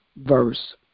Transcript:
verse